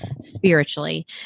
spiritually